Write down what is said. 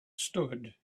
stood